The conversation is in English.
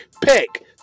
pick